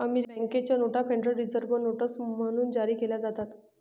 American बँकेच्या नोटा federal reserve notes म्हणून जारी केल्या जातात